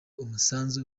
umusanzu